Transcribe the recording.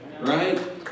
right